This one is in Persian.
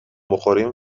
بخوریم